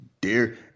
dear